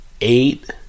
eight